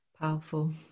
Powerful